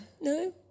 no